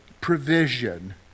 provision